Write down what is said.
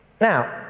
Now